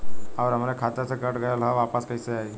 आऊर हमरे खाते से कट गैल ह वापस कैसे आई?